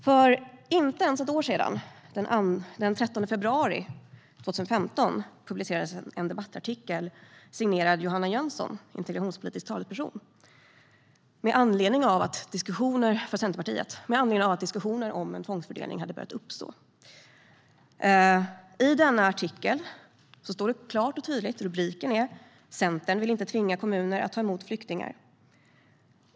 För inte ens ett år sedan, den 13 februari 2015, publicerades det en debattartikel signerad Johanna Jönsson, integrationspolitisk talesperson för Centerpartiet, med anledning av att det hade uppstått en diskussion om en tvångsfördelning. Rubriken på denna artikel är "Centern vill inte tvinga kommuner att ta emot flyktingar".